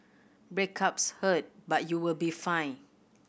breakups hurt but you'll be fine